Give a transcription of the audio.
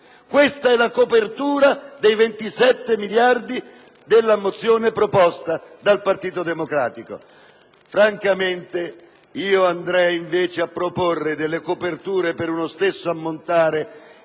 questa è la copertura dei 27 miliardi della mozione proposta dal Partito Democratico. Francamente, io andrei invece a proporre delle coperture per uno stesso ammontare